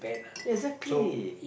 ya exactly